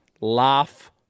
laugh